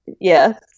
Yes